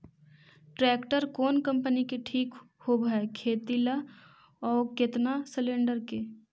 Tractor कोन company के ठीक होब है खेती ल औ केतना सलेणडर के?